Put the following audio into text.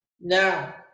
Now